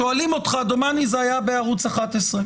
שואלים אותך, דומני שזה היה בערוץ 11,